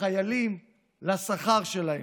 לחיילים, לשכר שלהם,